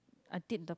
I did the